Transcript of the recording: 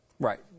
Right